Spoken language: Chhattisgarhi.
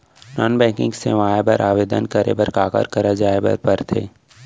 नॉन बैंकिंग सेवाएं बर आवेदन करे बर काखर करा जाए बर परथे